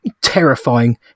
terrifying